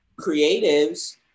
creatives